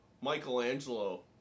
Michelangelo